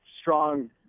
strong